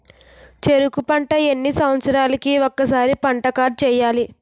చెరుకు పంట ఎన్ని సంవత్సరాలకి ఒక్కసారి పంట కార్డ్ చెయ్యాలి?